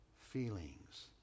feelings